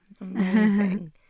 Amazing